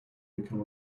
become